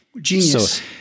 Genius